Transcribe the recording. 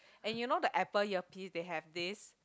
and you know the Apple earpiece they have this